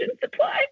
supply